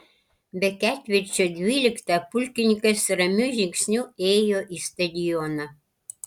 be ketvirčio dvyliktą pulkininkas ramiu žingsniu ėjo į stadioną